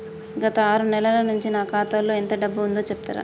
గత ఆరు నెలల నుంచి నా ఖాతా లో ఎంత డబ్బు ఉందో చెప్తరా?